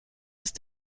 ist